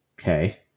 Okay